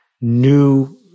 new